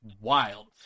wild